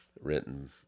written